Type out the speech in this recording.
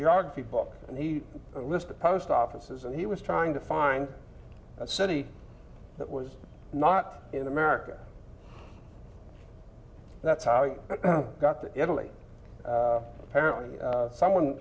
geography book and he listed post offices and he was trying to find a city that was not in america that's how i got to italy apparently someone